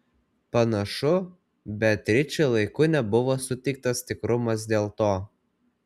panašu beatričei laiku nebuvo suteiktas tikrumas dėl to